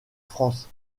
france